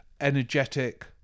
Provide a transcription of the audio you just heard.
energetic